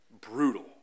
brutal